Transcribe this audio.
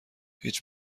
هیچ